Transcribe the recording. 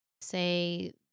say